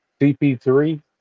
CP3